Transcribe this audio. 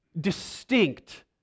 distinct